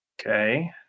Okay